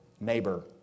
neighbor